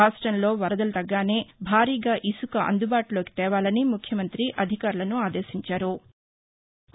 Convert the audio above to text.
రాష్ట్రంలో వరదలు తగ్గగానే భారీగా ఇసుక అందుబాటు తేవాలని ముఖ్యమంతి అధికారులను ఆదేశించారు